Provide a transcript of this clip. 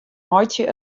meitsje